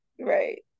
right